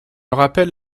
rappelle